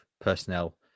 personnel